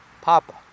Papa